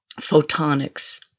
Photonics